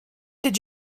did